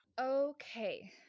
Okay